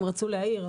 הם רצו להעיר.